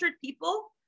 people